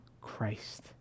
Christ